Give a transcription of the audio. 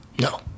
No